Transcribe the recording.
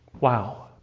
Wow